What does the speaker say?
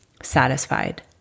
satisfied